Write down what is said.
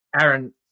Aaron